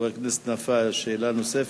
חבר הכנסת נפאע, שאלה נוספת.